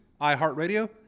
iHeartRadio